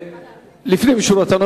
לפנים משורת הדין,